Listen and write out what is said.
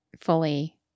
fully